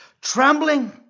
trembling